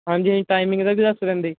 ਹਾਂਜੀ ਹਾਂਜੀ ਟਾਈਮਿੰਗ ਦਾ ਵੀ ਦੱਸ ਦਿੰਦੇ